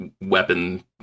weapon